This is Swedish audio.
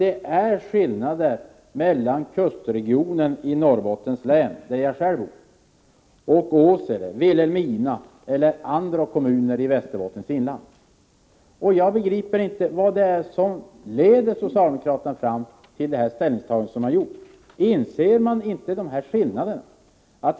Det är skillnader mellan kustregionen i Norrbottens län, där jag själv bor, och Åsele, Vilhelmina och andra kommuner i Västerbottens inland. Jag begriper inte vad som leder socialdemokraterna fram till det ställningstagande som de har gjort. Inser man inte vilka skillnader som råder?